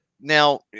Now